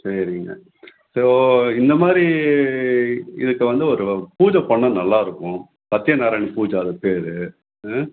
சரிங்க ஸோ இந்த மாதிரி இதுக்கு வந்து ஒரு பூஜை பண்ணால் நல்லாயிருக்கும் சத்தியநாராயணா பூஜை அதுக்கு பேர் ஆ